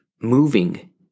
moving